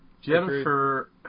Jennifer